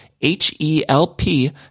H-E-L-P